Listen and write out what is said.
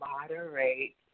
moderate